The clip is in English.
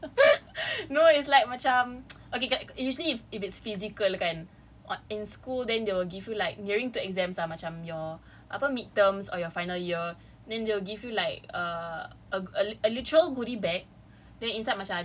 no it's like macam okay basically if it's physical kan in school then they will give you like nearing to exams lah macam your apa midterms or your final year then they will give you like err a literal goody bag